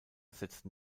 setzen